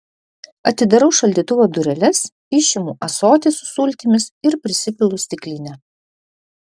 atidarau šaldytuvo dureles išimu ąsotį su sultimis ir prisipilu stiklinę